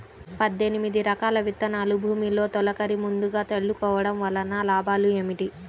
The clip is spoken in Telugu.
పద్దెనిమిది రకాల విత్తనాలు భూమిలో తొలకరి ముందుగా చల్లుకోవటం వలన లాభాలు ఏమిటి?